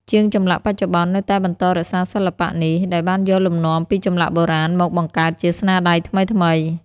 ជាងចម្លាក់បច្ចុប្បន្ននៅតែបន្តរក្សាសិល្បៈនេះ ដោយបានយកលំនាំពីចម្លាក់បុរាណមកបង្កើតជាស្នាដៃថ្មីៗ។